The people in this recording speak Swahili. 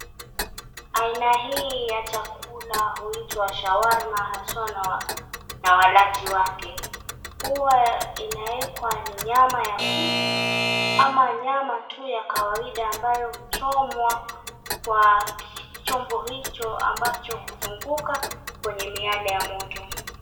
Aina hii ya chakula huitwa shawarma haswa na walaji wake, huwa inaekwa ni nyama ya kuku ama nyama ya kawaida ambayo huchomwa kwa chombo hicho ambacho huzunguka kwenye miale ya moto.